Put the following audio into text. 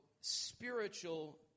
spiritual